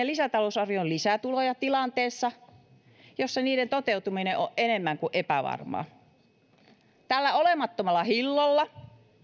lisätalousarvioon lisätuloja tilanteessa jossa niiden toteutuminen on enemmän kuin epävarmaa tällä olemattomalla hillolla